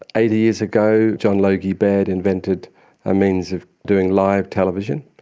eighty years ago john logie baird invented a means of doing live television,